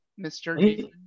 Mr